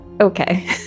okay